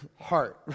heart